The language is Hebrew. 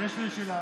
יש לי שאלה.